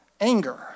anger